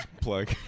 plug